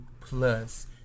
plus